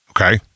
Okay